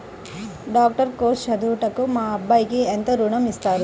Doctor course చదువుటకు మా అబ్బాయికి ఎంత ఋణం ఇస్తారు?